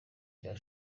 cya